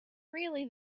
really